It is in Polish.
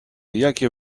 jakie